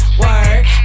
work